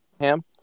Ham